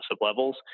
levels